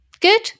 Good